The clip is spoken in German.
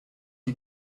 die